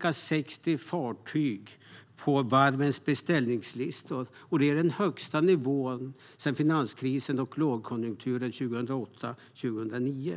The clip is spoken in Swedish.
ca 60 fartyg på varvens beställningslistor. Det är den högsta nivån sedan finanskrisen och lågkonjunkturen 2008-09.